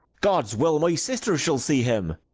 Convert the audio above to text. god's will, my suster shall see him.